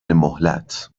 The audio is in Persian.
مهلت